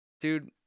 Dude